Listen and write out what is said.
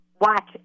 watch